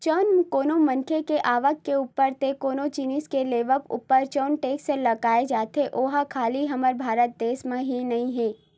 जउन कोनो मनखे के आवक के ऊपर ते कोनो जिनिस के लेवब ऊपर म जउन टेक्स लगाए जाथे ओहा खाली हमर भारत देस म ही नइ हे